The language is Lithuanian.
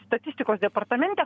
statistikos departamente